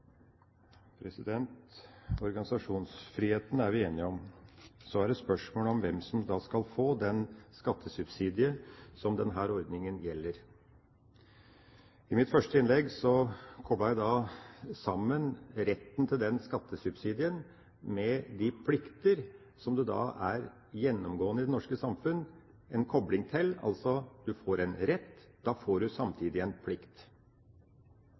Organisasjonsfriheten er vi enige om. Så er det spørsmål om hvem som da skal få den skattesubsidien som denne ordningen gjelder. I mitt første innlegg koblet jeg sammen retten til den skattesubsidien med de plikter som det gjennomgående i det norske samfunn er en kobling til. Altså: Du får en rett, da får du samtidig en plikt.